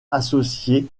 associées